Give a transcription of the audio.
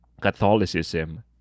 Catholicism